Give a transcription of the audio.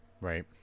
right